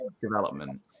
development